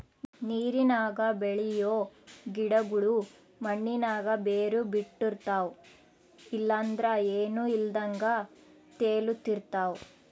ನೀರಿನಾಗ ಬೆಳಿಯೋ ಗಿಡುಗುಳು ಮಣ್ಣಿನಾಗ ಬೇರು ಬುಟ್ಟಿರ್ತವ ಇಲ್ಲಂದ್ರ ಏನೂ ಇಲ್ದಂಗ ತೇಲುತಿರ್ತವ